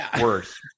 worse